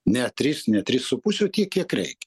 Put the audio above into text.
ne tris ne tris su puse o tiek kiek reikia